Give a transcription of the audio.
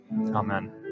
Amen